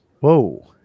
Whoa